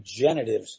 genitives